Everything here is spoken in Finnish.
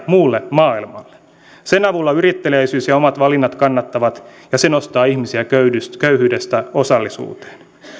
muulle maailmalle sen avulla yritteliäisyys ja omat valinnat kannattavat ja se nostaa ihmisiä köyhyydestä köyhyydestä osallisuuteen